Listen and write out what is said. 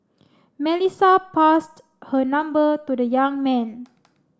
Melissa passed her number to the young man